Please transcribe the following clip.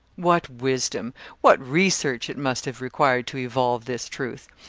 what wisdom what research it must have required to evolve this truth!